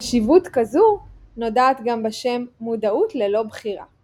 קשיבות כזו נודעת גם בשם מודעות ללא-בחירה .